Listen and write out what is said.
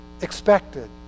expected